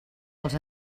els